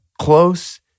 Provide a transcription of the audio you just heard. close